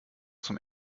zum